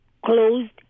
closed